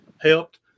helped